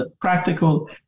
practical